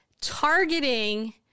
targeting